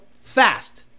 fast